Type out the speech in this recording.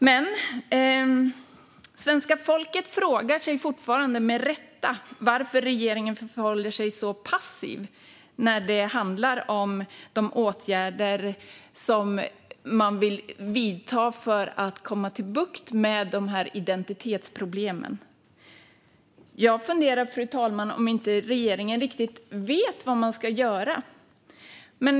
Men svenska folket frågar sig fortfarande med rätta varför regeringen förhåller sig så passiv när det handlar om de åtgärder man vill vidta för att få bukt med identitetsproblemen. Jag funderar, fru talman, på om regeringen inte riktigt vet vad man ska göra.